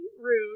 rude